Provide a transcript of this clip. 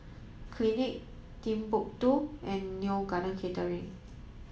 Clinique Timbuk two and Neo Garden Catering